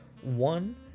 one